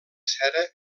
cera